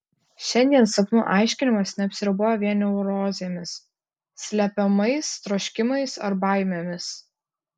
šiandien sapnų aiškinimas neapsiriboja vien neurozėmis slepiamais troškimais ar baimėmis